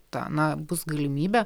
ta na bus galimybė